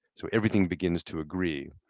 so everything begins to agree.